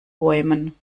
bäumen